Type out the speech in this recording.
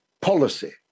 policy